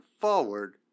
forward